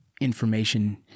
information